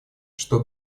что